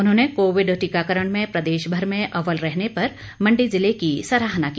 उन्होंने कोविड टीकाकरण में प्रदेश भर में अव्वल रहने पर मंडी जिले के सराहना की